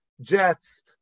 jets